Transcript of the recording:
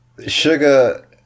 Sugar